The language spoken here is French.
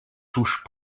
touche